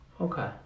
Okay